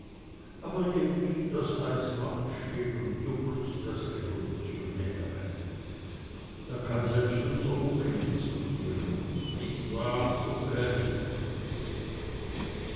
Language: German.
aber jetzt das eis macht still und duckt das revolutionäre da kann selbst unser uncke nichts notieren nicht wahr uncke